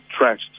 trashed